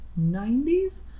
90s